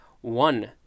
One